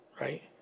Right